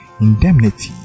indemnity